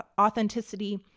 authenticity